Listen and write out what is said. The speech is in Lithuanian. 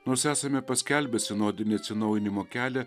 nors esame paskelbę sinodinį atsinaujinimo kelią